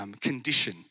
condition